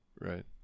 right